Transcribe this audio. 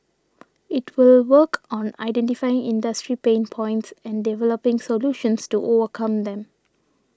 it will work on identifying industry pain points and developing solutions to overcome them